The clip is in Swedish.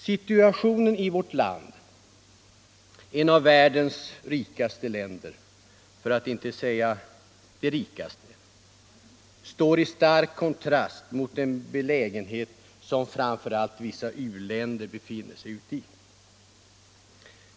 Situationen i vårt land, ett av världens rikaste länder för att inte säga det rikaste, står i stark kontrast till den belägenhet som framför allt vissa u-länder befinner sig i.